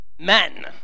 men